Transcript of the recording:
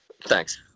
thanks